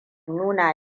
nuna